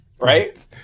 Right